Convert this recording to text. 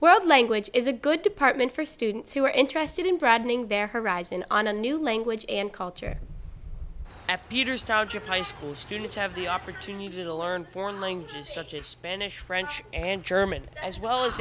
the language is a good department for students who are interested in broadening their horizon on a new language and culture at peter's township high school students have the opportunity to learn foreign languages such as spanish french and german as well as